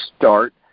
start